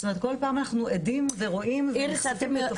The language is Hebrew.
זאת אומרת כל פעם אנחנו עדים ורואים ונחשפים ל --- איריס,